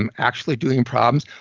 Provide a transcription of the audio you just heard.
and actually doing problems.